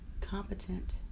competent